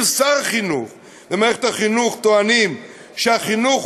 אם שר החינוך ומערכת החינוך טוענים שהחינוך